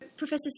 Professor